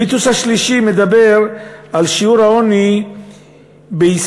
המיתוס השלישי מדבר על כך ששיעור העוני בישראל